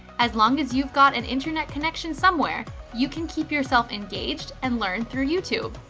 as long as you've got an internet connection somewhere you can keep yourself engaged and learn through you tube.